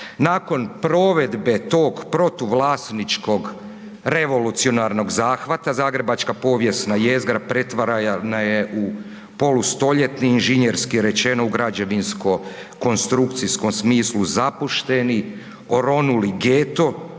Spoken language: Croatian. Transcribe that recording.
Nakon provedbe tog protuvlasničkog revolucionarnog zahvata zagrebačka povijesna jezgra pretvarana je u polustoljetni inženjerski rečeno u građevinsko-konstrukcijskom smislu zapušteni, oronuli geto